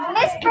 Miss